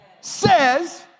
says